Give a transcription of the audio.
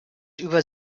über